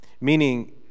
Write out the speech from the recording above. Meaning